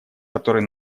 который